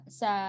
sa